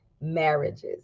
marriages